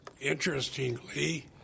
interestingly